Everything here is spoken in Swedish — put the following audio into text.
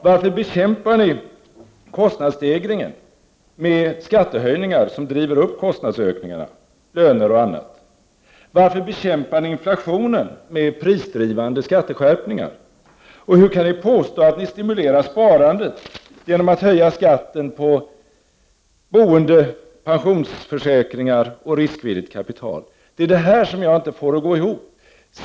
Varför bekämpar ni kostnadsstegringen med skattehöjningar, som driver upp kostnadsökningarna, löner och annat? Varför bekämpar ni inflationen med prisuppdrivande skatteskärpningar? Och hur kan ni påstå att ni stimulerar sparande genom att höja skatten på boende, pensionsförsäkringar och riskvilligt kapital? Det är det här som jag inte får att gå ihop.